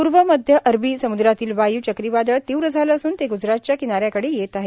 पूर्व मध्य अरबी सम्द्रातील वायू चक्रीवादळ तीव्र झालं असून ते ग्जरातच्या किनाऱ्याकडे येत आहे